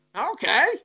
okay